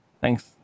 Thanks